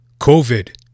COVID